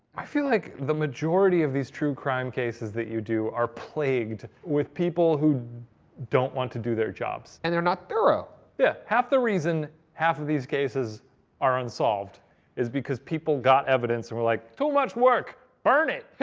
i feel like the majority of these true crime cases that you do are plagued with people who don't want to do their jobs. and they're not thorough. yeah, half the reason half of these cases are unsolved is because people got evidence and were like, too much work, burn it.